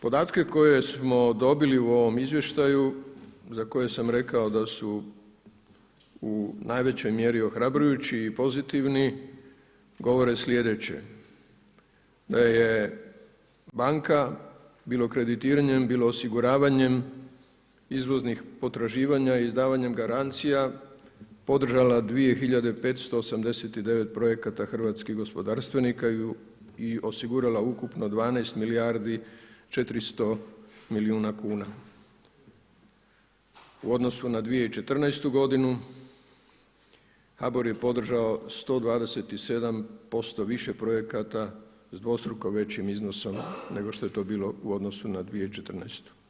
Podatke koje smo dobili u ovome izvještaju za koje sam rekao da su u najvećoj mjeri ohrabrujući i pozitivni govore sljedeće, da je banka bilo kreditiranjem, bilo osiguravanjem izvoznih potraživanja i izdavanjem garancija podržala 2.589 projekata hrvatskih gospodarstvenika i osigurala ukupno 12 milijardi 400 milijuna kuna u odnosu na 2014. godinu HBOR je podržao 127% više projekata s dvostruko većim iznosom nego što je to bilo u odnosu na 2014.